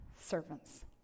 servants